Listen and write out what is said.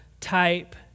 type